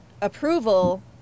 approval